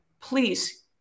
please